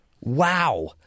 Wow